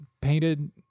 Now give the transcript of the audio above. painted